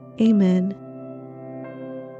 Amen